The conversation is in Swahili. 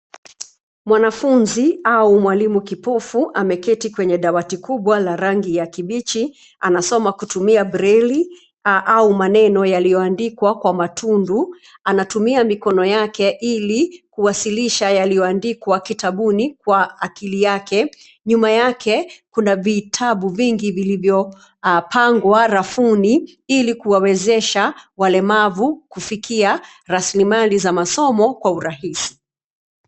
Mwanafunzi au mwalimu kipofu ameketi kwenye dawati kubwa la rangi ya kibichi. Anasoma kutumia breili au maneno yaliyoandikwa kwa matundu. Anatumia mikono yake, ili kuwasilisha yaliyoandikwa kitabuni kwa akili yake. Nyuma yake kuna vitabu vingi vilivyopangwa rafuni, ili kuwawezesha walemavu kufikia rasilimali za masomo kwa urahisi.